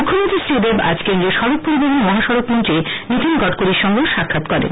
মুখ্যমন্ত্রী শ্রী দেব আজ কেন্দ্রীয় সড়ক পরিবহন ও মহাসড়ক মন্ত্রী নীতিন গড়কড়ির সঙ্গে সাক্ষাত করেন